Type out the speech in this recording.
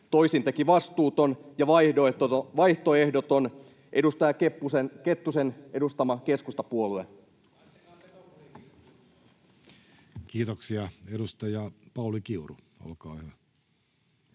Toisin teki vastuuton ja vaihtoehdoton edustaja Kettusen edustama keskustapuolue. [Eduskunnasta: Laittakaa